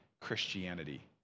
Christianity